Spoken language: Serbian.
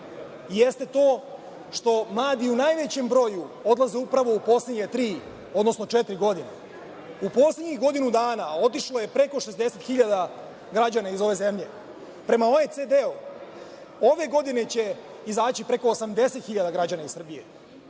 jeste to što mladi, u najvećem broju, odlaze upravo u poslednje, tri, odnosno četiri godine. U poslednjih godinu dana otišlo je preko 60.000 građana ove zemlje. Prema OCD, ove godine će izaći preko 80.000 građana Srbije.